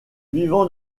vivant